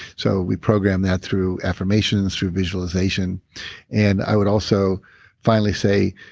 so, we program that through affirmations, through visualization and i would also finally say,